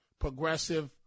progressive